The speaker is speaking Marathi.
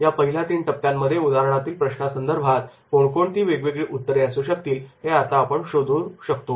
या पहिल्या तीन टप्प्यांमध्ये उदाहरणातील प्रश्नासंदर्भात कोण कोणती वेगवेगळी उत्तरे असू शकतील हे आपण आता शोधून काढतो